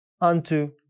unto